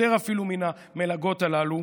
יותר אפילו מן המלגות הללו,